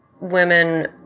women